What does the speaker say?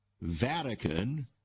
Vatican